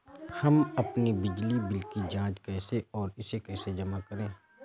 हम अपने बिजली बिल की जाँच कैसे और इसे कैसे जमा करें?